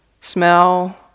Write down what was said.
smell